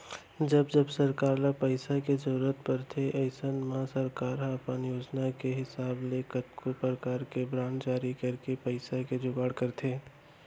जब जब सरकार ल पइसा के जरूरत परथे अइसन म सरकार ह अपन योजना के हिसाब ले कतको परकार के बांड जारी करके पइसा के जुगाड़ करथे